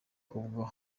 ubwo